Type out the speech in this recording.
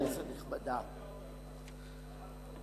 כנסת נכבדה,